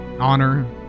honor